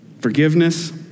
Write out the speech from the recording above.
Forgiveness